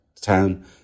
town